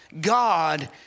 God